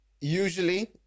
Usually